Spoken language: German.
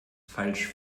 falsch